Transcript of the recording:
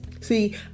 See